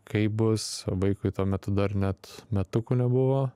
kaip bus vaikui tuo metu dar net metukų nebuvo